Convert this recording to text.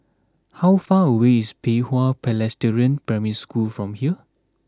how far away is Pei Hwa Presbyterian Primary School from here